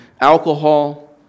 alcohol